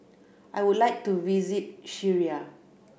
I would like to visit Syria